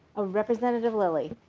ah representative lillie